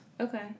Okay